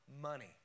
money